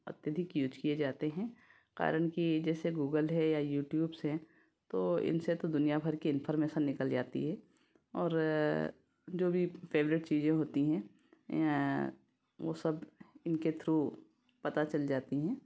अत्यधिक यूज किए जाते हैं कारण कि जैसे गूगल है या यूट्यूब्स हैं तो इनसे तो दुनियाभर के इंफॉर्मेशन निकल जाती है और जो भी फेवरेट चीजें होती हैं वो सब इनके थ्रू पता चल जाती हैं